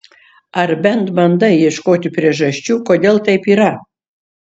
ar bent bandai ieškoti priežasčių kodėl taip yra